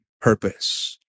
purpose